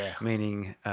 meaning